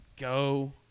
Go